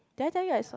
did I tell you I saw